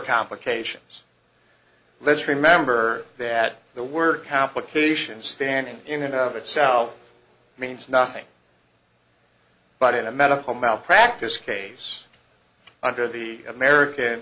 complications let's remember that the word complication standing in and of itself means nothing but in a medical malpractise case under the american